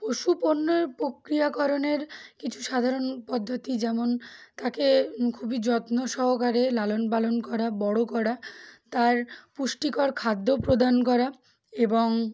পশু পণ্যের প্রক্রিয়াকরণের কিছু সাধারণ পদ্ধতি যেমন তাকে খুবই যত্ন সহকারে লালন পালন করা বড়ো করা তার পুষ্টিকর খাদ্য প্রদান করা এবং